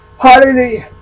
Hallelujah